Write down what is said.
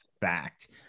fact